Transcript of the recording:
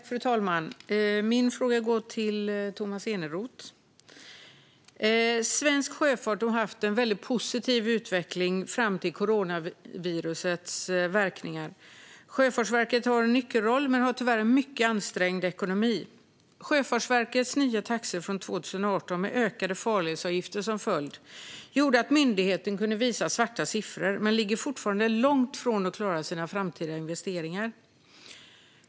Fru talman! Min fråga går till Tomas Eneroth. Svensk sjöfart hade en väldigt positiv utveckling fram till coronavirusets verkningar. Sjöfartsverket har en nyckelroll men har tyvärr en mycket ansträngd ekonomi. Sjöfartsverkets nya taxor från 2018, som fick ökade farledsavgifter som följd, gjorde att myndigheten kunde visa svarta siffror, men man ligger fortfarande långt från att klara sina framtida investeringar.